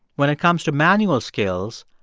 when it comes to manual skills,